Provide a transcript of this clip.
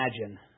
imagine